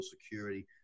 security